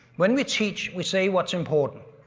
when we teach, we say what's important